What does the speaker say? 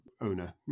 owner